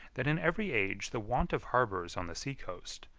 that in every age the want of harbors on the sea-coast,